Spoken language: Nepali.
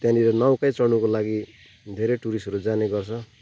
त्यहाँनिर नौकै चढ्नुको लागि धेरै टुरिस्टहरू जाने गर्छ